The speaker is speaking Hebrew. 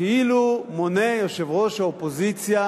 כאילו מונה יושב-ראש האופוזיציה